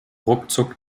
ruckzuck